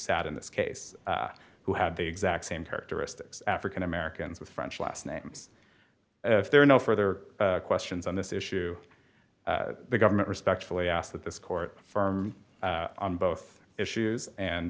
sat in this case who had the exact same characteristics african americans with french last names if there are no further questions on this issue the government respectfully ask that this court on both issues and